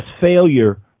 failure